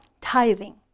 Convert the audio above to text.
tithing